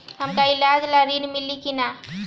हमका ईलाज ला ऋण मिली का?